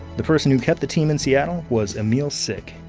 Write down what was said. the person who kept the team in seattle was emil sick,